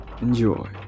enjoy